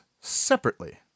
separately